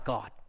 God